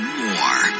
more